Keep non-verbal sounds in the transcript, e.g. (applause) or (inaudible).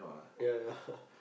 ya ya ya (laughs)